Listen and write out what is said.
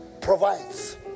provides